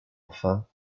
enfin